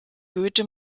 goethe